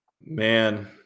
Man